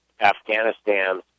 Afghanistan